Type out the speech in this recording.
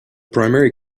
primary